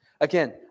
Again